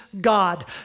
God